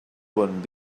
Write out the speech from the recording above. bon